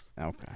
Okay